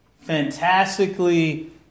fantastically